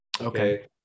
Okay